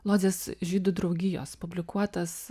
lodzės žydų draugijos publikuotas